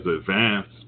advanced